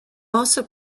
also